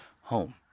home